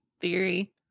theory